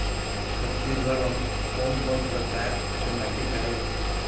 छत्तीसगढ़ म कोन कौन प्रकार के माटी पाए जाथे?